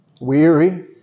weary